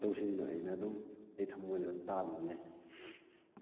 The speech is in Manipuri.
ꯃꯇꯧꯁꯤꯡꯗꯣ ꯑꯩꯅ ꯑꯗꯨꯝ ꯑꯩ ꯊꯝꯃꯣꯏꯗ ꯇꯥꯗꯨꯅ ꯂꯩ